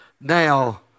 now